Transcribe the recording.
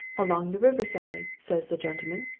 along the river-side says the gentleman,